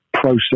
Process